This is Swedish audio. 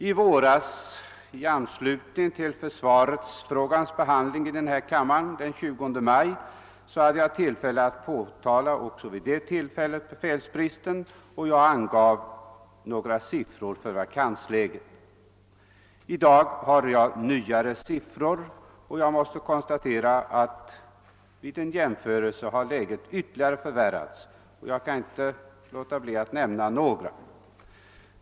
I våras — i anslutning till försvarsfrågans behandling i denna kammare den 20 maj — hade jag även tillfälle att påtala befälsbristen, och jag angav då några siffror beträffande vakansläget. I dag har jag nyare siffror, och jag måste konstatera att vid en jämförelse läget har ytterligare förvärrats. Jag kan därför inte underlåta att nämna några siffror.